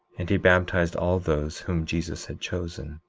and he baptized all those whom jesus had chosen.